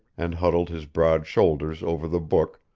and huddled his broad shoulders over the book,